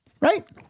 right